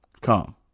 Come